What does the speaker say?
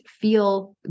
feel